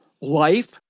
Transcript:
life